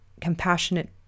compassionate